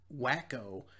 Wacko